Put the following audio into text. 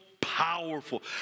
powerful